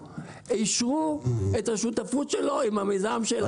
אשרו את השותפות שלו עם המיזם שלנו.